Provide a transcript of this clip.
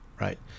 right